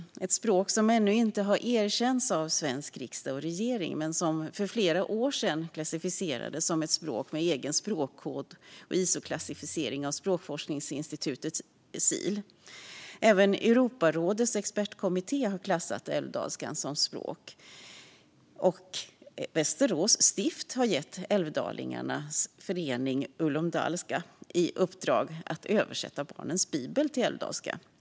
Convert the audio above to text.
Det är ett språk som ännu inte erkänts av Sveriges riksdag och regering men som för flera år sedan klassificerades som ett språk med egen språkkod och ISO-klassificering av språkforskningsinstitutet SIL International. Även Europarådets expertkommitté har klassat älvdalska som språk, och Västerås stift har gett älvdalingarnas förening Ulum Dalska i uppdrag att översätta Barnens Bibel till älvdalska.